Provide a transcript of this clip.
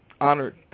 honored